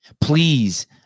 Please